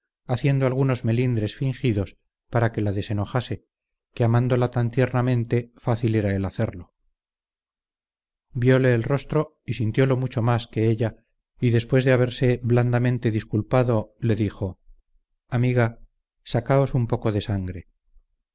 haciendo algunos melindres fingidos para que la desenojase que amándola tan tiernamente fácil era el hacerlo viole el rostro y sintiolo mucho más que ella y después de haberse blandamente disculpado le dijo amiga sacaos un poco de sangre